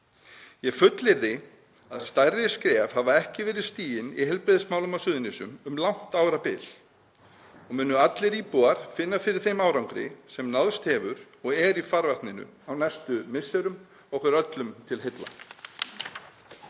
Ég fullyrði að stærri skref hafa ekki verið stigin í heilbrigðismálum á Suðurnesjum um langt árabil og munu allir íbúar finna fyrir þeim árangri sem náðst hefur og er í farvatninu á næstu misserum, okkur öllum til heilla.